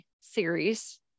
series